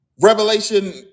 revelation